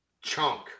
chunk